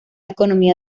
economía